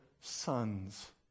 sons